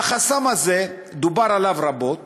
והחסם הזה, דובר עליו רבות